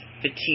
fatigue